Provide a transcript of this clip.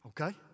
Okay